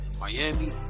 Miami